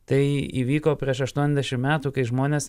tai įvyko prieš aštuoniasdešimt metų kai žmonės